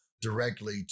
directly